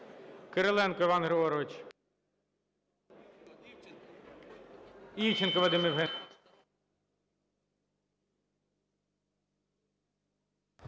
Кириленко Іван Григорович. Івченко Вадим Євгенович.